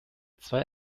zwei